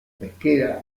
pesquera